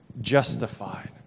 justified